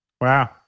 Wow